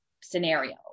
scenario